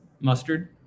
mustard